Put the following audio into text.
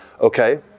Okay